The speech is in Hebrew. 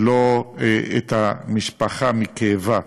ולא את המשפחה מכאבה,